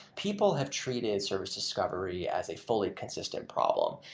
people have treated service discovery as a fully consistent problem.